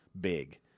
big